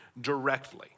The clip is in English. directly